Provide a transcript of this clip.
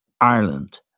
Ireland